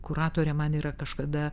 kuratorė man yra kažkada